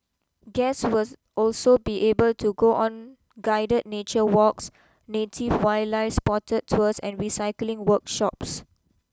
guest was also be able to go on guided nature walks native wildlife spotting tours and recycling workshops